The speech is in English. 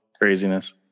craziness